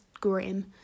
grim